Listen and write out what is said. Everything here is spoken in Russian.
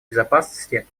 безопасности